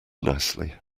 nicely